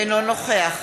אינו נוכח